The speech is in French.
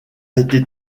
été